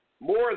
More